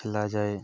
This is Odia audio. ଖେଲାଯାଏ